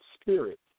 spirit